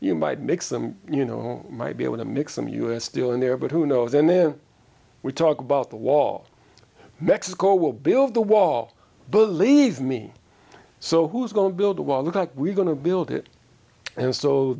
you might make some you know might be able to mix some u s steel in there but who knows and then we talk about the wall mexico will build the wall believe me so who's going to build a wall look like we're going to build it and so